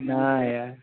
ના યાર